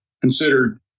considered